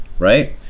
Right